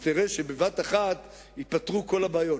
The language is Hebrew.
אז תראה שבבת-אחת ייפתרו כל הבעיות.